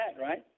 right